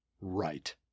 right